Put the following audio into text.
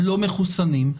לא מחוסנים,